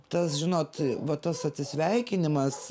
tas žinot va tas atsisveikinimas